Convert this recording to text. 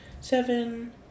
seven